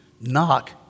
Knock